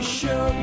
show